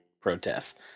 protests